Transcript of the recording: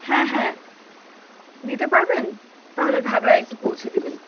হ্যাঁ হ্যাঁ দিতে পারবেন তাহলে ঘাগড়ায় একটু পৌঁছে দেবেন